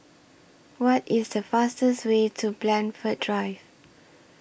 What IS The fastest Way to Blandford Drive